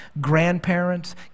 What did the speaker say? grandparents